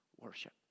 worship